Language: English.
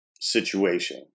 situation